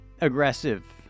aggressive